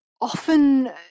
often